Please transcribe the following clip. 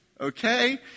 Okay